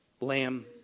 lamb